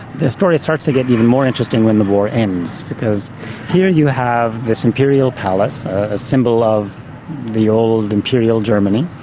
the story starts to get even more interesting when the war ends, because here you have this imperial palace, a symbol of the old imperial germany,